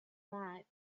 ripe